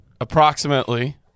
approximately